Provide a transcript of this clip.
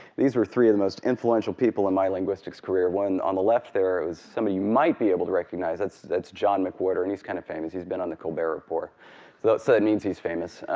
these were three of the most influential people in my linguistics career. one on the left there is somebody you might be able to recognize. that's that's john mcwhorter, and he's kind of famous. he's been on the colbert report, so that means he's famous.